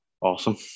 awesome